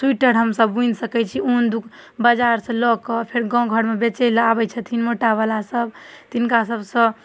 sweater हमसभ बुनि सकै छी उन बजारसँ लऽ कऽ फेर गामघरमे बेचैलए आबै छथिन मोटावलासब तिनका सभसँ